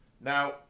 Now